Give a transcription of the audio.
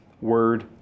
word